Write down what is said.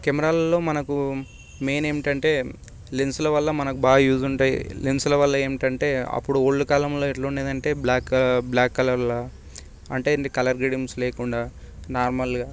కెమెరాలలో మనకు మెయిన్ ఏంటంటే లెన్సులవల్ల మనకు బాగా యూజ్ ఉంటాయి లెన్సుల వల్ల ఏమిటంటే అపుడు ఓల్డ్ కాలంలో ఎట్లుందేది అంటే బ్ల్యాకు బ్ల్యాక్ కలర్ల అంటే ఏంటి కలర్ గ్రేడింగ్స్ లేకుండా నార్మల్గా